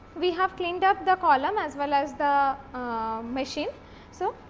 we have cleaned up the column as well as the machine so,